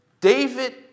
David